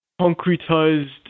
concretized